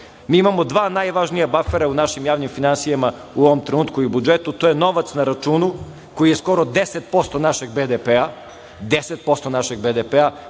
Mi imamo dva najvažnija bafera u našim javnim finansijama u ovom trenutku i budžetu. To je novac na računu koji je skoro 10% našeg BDP. Malopre ste